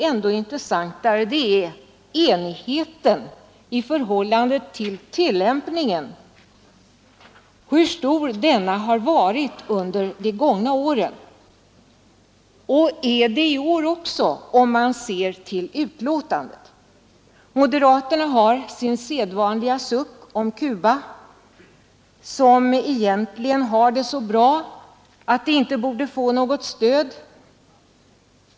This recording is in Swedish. Ännu intressantare är enigheten om tillämpningen. Enigheten har under de gångna åren varit stor och är det i år också, om man ser till betänkandet. Moderaterna kommer med sin sedvanliga suck om Cuba, som egentligen har det så bra att landet inte borde få något stöd.